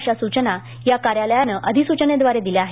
अशा सृचना या कार्यालयानं अधिसृचनेद्वारे दिल्या आहेत